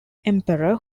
emperor